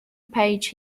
page